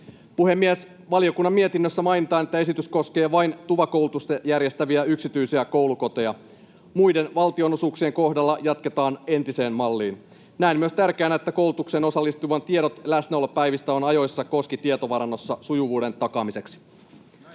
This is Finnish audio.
Puhemies! Valiokunnan mietinnössä mainitaan, että esitys koskee vain TUVA-koulutusta järjestäviä yksityisiä koulukoteja. Muiden valtionosuuksien kohdalla jatketaan entiseen malliin. Näen myös tärkeänä, että koulutukseen osallistuvan tiedot läsnäolopäivistä ovat ajoissa Koski-tietovarannossa sujuvuuden takaamiseksi.